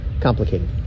complicated